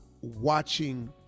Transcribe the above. watching